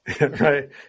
Right